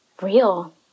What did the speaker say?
real